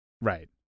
right